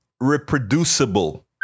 reproducible